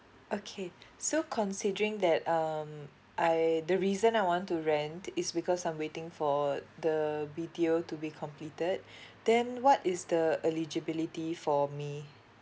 okay so considering that um I the reason I want to rent is because I'm waiting for the B T O to be completed then what is the eligibility for me